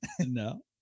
No